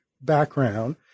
background